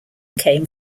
came